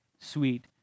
sweet